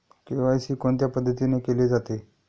KYC कोणत्या पद्धतीने केले जाते?